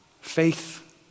Faith